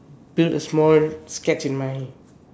build a small sketch in my